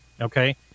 Okay